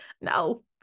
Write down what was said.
No